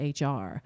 HR